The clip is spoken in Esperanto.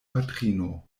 patrino